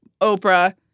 Oprah